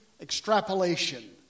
extrapolation